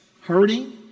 hurting